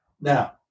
Now